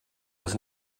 was